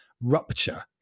rupture